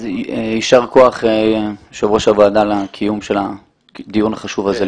יישר כוח יושב ראש הוועדה על הקיום של הדיון החשוב הזה.